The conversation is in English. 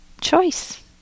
choice